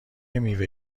میوه